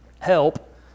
help